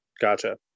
Gotcha